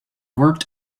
worked